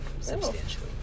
Substantially